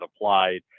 applied